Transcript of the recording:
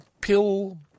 pill